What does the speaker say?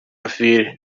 avril